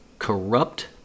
Corrupt